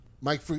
Mike